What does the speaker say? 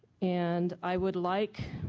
and i would like